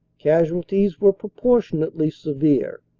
casualties were proportionately severe.